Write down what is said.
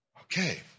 Okay